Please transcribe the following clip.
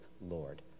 Lord